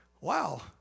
wow